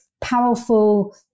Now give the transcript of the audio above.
powerful